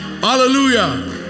Hallelujah